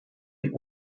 die